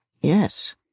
Yes